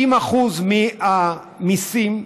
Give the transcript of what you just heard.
60% מהמיסים,